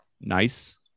Nice